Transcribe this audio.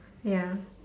ya